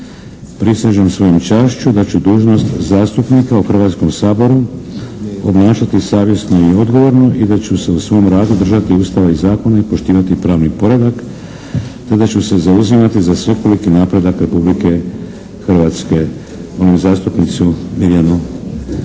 Prisežem svojom čašću da ću dužnost zastupnika u Hrvatskom saboru obnašati savjesno i odgovorno i da ću se u svom radu držati Ustava i zakona i poštivati pravni poredak te da ću se zauzimati za svekoliki napredak Republike Hrvatske. Molim zastupnicu Mirjanu Didović.